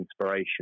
inspiration